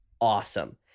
awesome